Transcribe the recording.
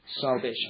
salvation